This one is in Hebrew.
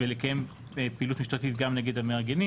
ולקיים פעילות משטרתית גם נגד המארגנים